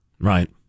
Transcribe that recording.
Right